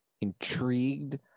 intrigued